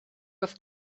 with